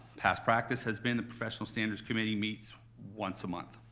past practice has been the professional standards committee meets once a month.